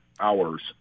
hours